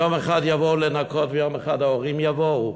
יום אחד יבואו לנקות ויום אחד ההורים יבואו?